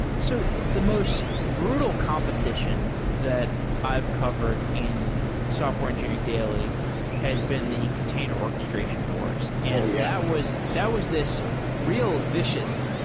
so the most brutal competition that i've covered in software engineering daily has been the container orchestration wars, and yeah that was this real vicious,